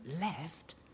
left